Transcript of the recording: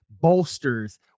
bolsters